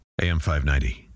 AM590